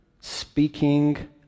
speaking